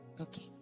Okay